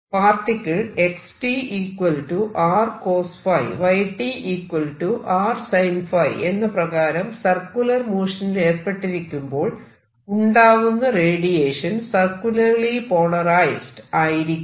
particle എന്ന പ്രകാരം circular മോഷനിൽ ഏർപ്പെട്ടിരിക്കുമ്പോൾ ഉണ്ടാവുന്ന റേഡിയേഷൻ സർക്യൂലർലി പോളറൈസ്ഡ് ആയിരിക്കും